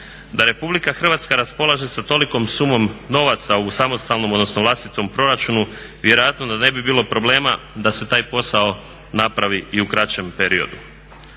Da RH raspolaže sa tolikom sumom novaca u samostalnom odnosno vlastitom proračunu, vjerojatno da ne bi bilo problema da se taj posao napravi i u kraćem periodu.